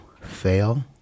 fail